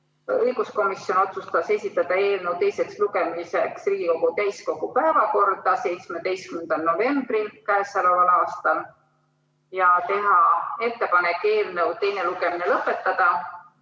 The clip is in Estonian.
Õiguskomisjon otsustas esitada eelnõu teiseks lugemiseks Riigikogu täiskogu päevakorda 17. novembriks k.a ja teha ettepanek eelnõu teine lugemine lõpetada.